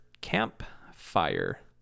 campfire